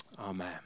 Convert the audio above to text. Amen